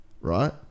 right